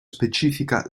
specifica